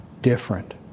different